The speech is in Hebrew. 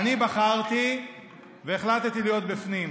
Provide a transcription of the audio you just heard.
אני בחרתי והחלטתי להיות בפנים,